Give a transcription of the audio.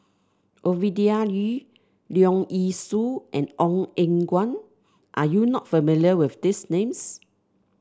Ovidia Yu Leong Yee Soo and Ong Eng Guan are you not familiar with these names